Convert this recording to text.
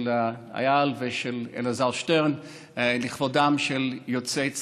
של איל ושל אלעזר שטרן לכבודם של יוצאי צד"ל.